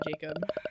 Jacob